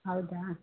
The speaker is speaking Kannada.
ಹೌದಾ